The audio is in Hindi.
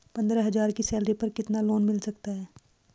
पंद्रह हज़ार की सैलरी पर कितना लोन मिल सकता है?